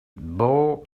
bow